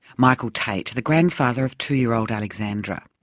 michael tait, the grandfather of two-year-old alexandra.